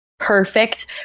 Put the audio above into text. perfect